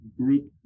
group